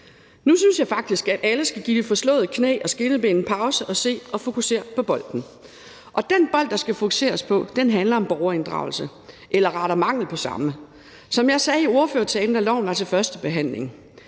Nu synes jeg faktisk, at alle skal give det foreslåede knæ og skinneben en pause og fokusere på bolden. Og den bold, der skal fokuseres på, handler om borgerinddragelse – eller rettere manglen på samme. Som jeg sagde i min ordførertale, da lovforslaget